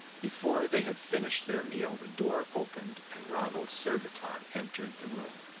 before they had finished their meal the door opened, and ronald surbiton entered the room.